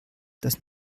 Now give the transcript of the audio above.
das